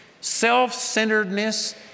self-centeredness